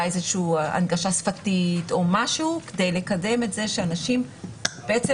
איזושהי הנגשה שפתית או משהו כדי לקדם את זה שאנשים בעצם